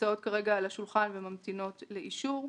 שנמצאות כרגע על השולחן וממתינות לאישור.